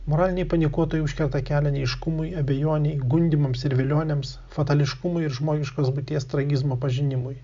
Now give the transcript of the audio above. moraliniai panikuotojai užkerta kelią neaiškumui abejonei gundymams ir vilionėms fatališkumui ir žmogiškos būties tragizmo pažinimui